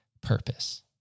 purpose